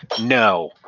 no